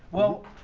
well,